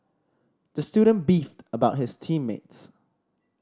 the student beefed about his team mates